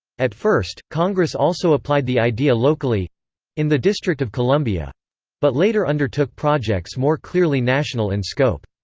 at first, congress also applied the idea locally in the district of columbia but later undertook projects more clearly national in scope.